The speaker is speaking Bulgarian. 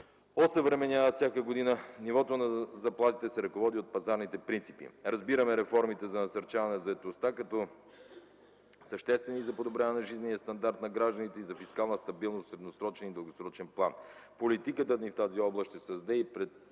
се осъвременяват всяка година. Нивото на заплатите се ръководи от пазарните принципи. Разбираме реформите за насърчаване на заетостта като съществени за подобряване на жизнения стандарт на гражданите и за фискална стабилност в средносрочен и дългосрочен план. Политиката ни в тази област ще създаде и предпоставки